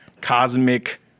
cosmic